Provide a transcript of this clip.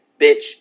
bitch